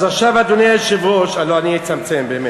אז עכשיו, אדוני היושב-ראש, לא, אני אצמצם, באמת,